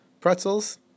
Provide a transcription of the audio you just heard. Pretzels